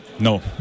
No